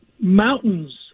mountains